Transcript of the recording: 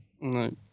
no